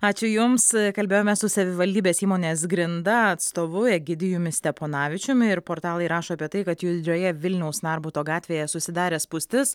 ačiū jums kalbėjome su savivaldybės įmonės grinda atstovu egidijumi steponavičiumi ir portalai rašo apie tai kad judrioje vilniaus narbuto gatvėje susidarė spūstis